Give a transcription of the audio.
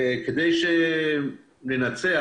וכדי לנצח,